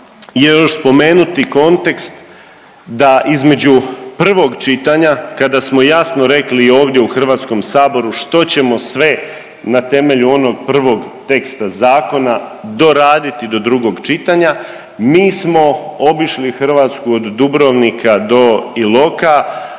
je još spomenuti kontekst da između prvog čitanja kada smo jasno rekli i ovdje u Hrvatskom saboru što ćemo sve na temelju onog prvog teksta zakona doraditi do drugog čitanja, mi smo obišli Hrvatsku od Dubrovnika do Iloka,